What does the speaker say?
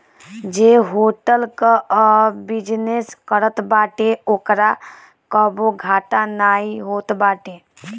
जे होटल कअ बिजनेस करत बाटे ओकरा कबो घाटा नाइ होत बाटे